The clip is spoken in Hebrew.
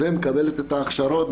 ומקבלות את ההכשרות,